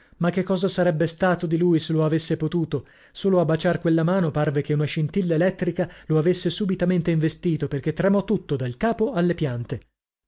ma che cosa sarebbe stato di lui se lo avesse potuto solo a baciar quella mano parve che una scintilla elettrica lo avesse subitamente investito perchè tremò tutto dal capo alle piante